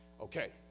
Okay